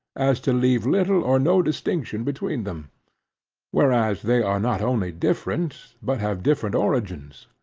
as to leave little or no distinction between them whereas they are not only different, but have different origins.